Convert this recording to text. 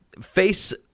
face